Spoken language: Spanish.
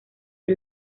the